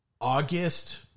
August